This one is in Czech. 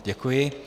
Děkuji.